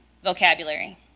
vocabulary